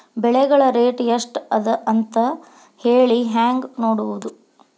ಬೆಳೆಗಳ ರೇಟ್ ಎಷ್ಟ ಅದ ಅಂತ ಹೇಳಿ ಹೆಂಗ್ ನೋಡುವುದು?